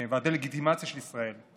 והדה-לגיטימציה נגד ישראל.